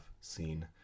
seen